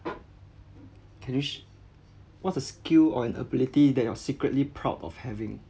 can you sh~ what's a skill or an ability that you're secretly proud of having